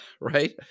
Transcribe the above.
right